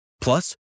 Plus